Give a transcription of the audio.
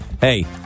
Hey